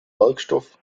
werkstoff